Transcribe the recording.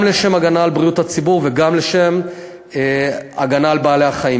גם לשם הגנה על בריאות הציבור וגם לשם הגנה על בעלי-החיים.